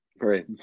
Right